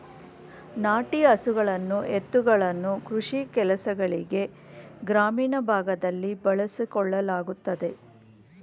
ನಾಟಿ ಹಸುಗಳನ್ನು ಎತ್ತುಗಳನ್ನು ಕೃಷಿ ಕೆಲಸಗಳಿಗೆ ಗ್ರಾಮೀಣ ಭಾಗದಲ್ಲಿ ಬಳಸಿಕೊಳ್ಳಲಾಗುತ್ತದೆ